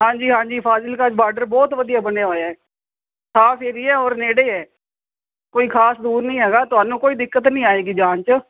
ਹਾਂਜੀ ਹਾਂਜੀ ਫਾਜ਼ਿਲਕਾ 'ਚ ਬਾਰਡਰ ਬਹੁਤ ਵਧੀਆ ਬਣਿਆ ਹੋਇਆ ਸਾਫ ਏਰੀਆ ਔਰ ਨੇੜੇ ਹੈ ਕੋਈ ਖਾਸ ਦੂਰ ਨਹੀਂ ਹੈਗਾ ਤੁਹਾਨੂੰ ਕੋਈ ਦਿੱਕਤ ਨਹੀਂ ਆਏਗੀ ਜਾਣ 'ਚ